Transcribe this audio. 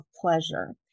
pleasure